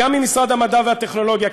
גם ממשרד המדע והטכנולוגיה,